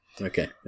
Okay